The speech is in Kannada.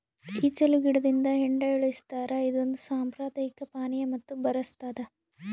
ಈಚಲು ಗಿಡದಿಂದ ಹೆಂಡ ಇಳಿಸ್ತಾರ ಇದೊಂದು ಸಾಂಪ್ರದಾಯಿಕ ಪಾನೀಯ ಮತ್ತು ಬರಸ್ತಾದ